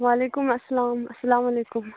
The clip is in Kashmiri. وعلیکُم اَسَلام اسلام علیکُم